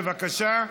בבקשה.